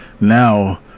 Now